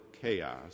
chaos